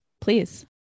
please